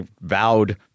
vowed